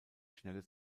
schnelle